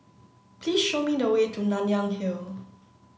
please show me the way to Nanyang Hill